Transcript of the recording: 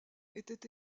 était